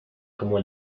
como